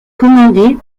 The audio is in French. commandé